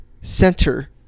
center